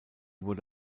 wurde